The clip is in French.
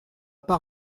pas